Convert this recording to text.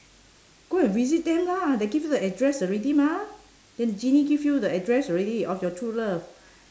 go and visit them lah they give you the address already mah then the genie give you the address already of your true love